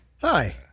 Hi